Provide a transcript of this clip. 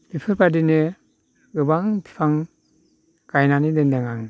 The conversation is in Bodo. बेफरोबादिनो गोबां बिफां गायनानै दोन्दों आंं